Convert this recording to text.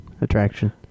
attraction